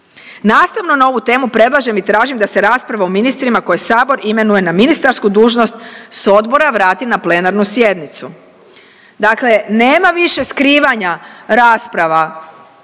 Nastavno na ovu temu predlažem i tražim da se rasprava o ministrima koje Sabor imenuje na ministarsku dužnost, s odbora vrati na plenarnu sjednicu. Dakle nam više skrivanja rasprava